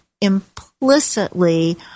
implicitly